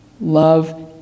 love